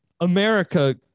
America